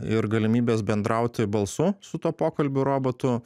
ir galimybės bendrauti balsu su tuo pokalbių robotu